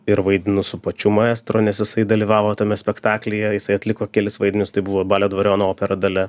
ir vaidinu su pačiu maestro nes jisai dalyvavo tame spektaklyje jisai atliko kelis vaidmenis tai buvo balio dvariono opera dalia